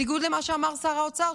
בניגוד למה שאמר שר האוצר,